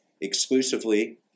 exclusively